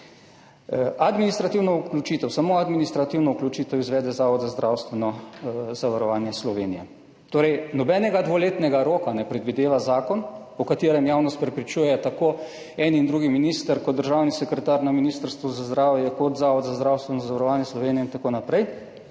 Administrativno vključitev, samo administrativno vključitev, izvede Zavod za zdravstveno zavarovanje Slovenije. Zakon ne predvideva nobenega dvoletnega roka, o katerem javnost prepričujejo tako en in drugi minister kot državni sekretar na Ministrstvu za zdravje in Zavod za zdravstveno zavarovanje Slovenije in tako naprej.